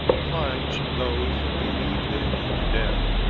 plunge those that believe them into death,